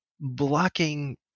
blocking